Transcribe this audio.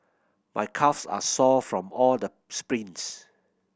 my calves are sore from all the sprints